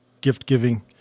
gift-giving